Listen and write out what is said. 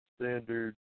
standard